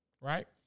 right